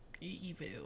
evil